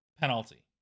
penalty